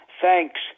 Thanks